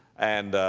and, ah,